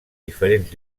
diferents